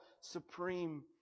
supreme